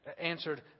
answered